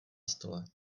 stole